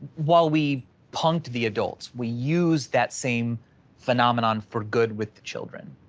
while we punked the adults, we used that same phenomenon for good with the children.